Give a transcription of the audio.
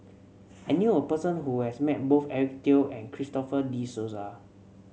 I knew a person who has met both Eric Teo and Christopher De Souza